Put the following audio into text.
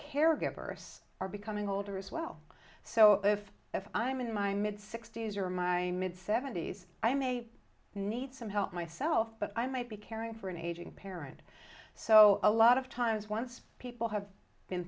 caregivers are becoming older as well so if if i'm in my mid sixty's or my mid seventy's i may need some help myself but i might be caring for an aging parent so a lot of times once people have been